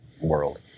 world